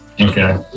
Okay